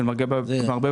של מרבה במחיר.